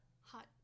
hot